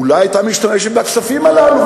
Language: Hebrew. אולי היא היתה משתמשת בכספים הללו,